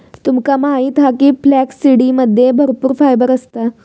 तुमका माहित हा फ्लॅक्ससीडमध्ये भरपूर फायबर असता